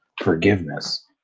forgiveness